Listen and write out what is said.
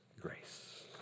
grace